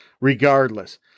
Regardless